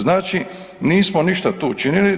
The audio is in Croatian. Znači nismo ništa tu učinili.